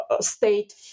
state